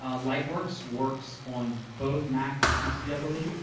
ah lightworks works on both mac and pc, i believe,